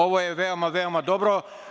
Ovo je veoma, veoma dobro.